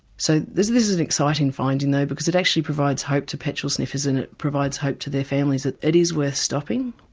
so this this is an exciting find you know because it actually provides hope to petrol sniffers and it provides hope to their families that it is worth stopping.